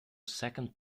second